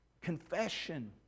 Confession